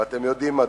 ואתם יודעים מדוע,